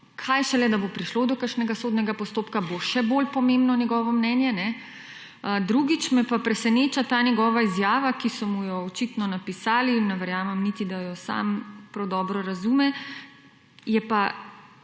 kaj šele da bo prišlo do kakšnega sodnega postopka, bo še bolj pomembno njegovo mnenje. Drugič me pa preseneča ta njegova izjava, ki so mu jo očitno napisali, ne verjamem niti, da jo sam prav dobro razume, je pa…,